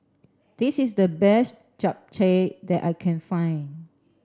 this is the best Japchae that I can find